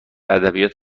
ادبیات